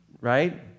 right